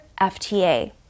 FTA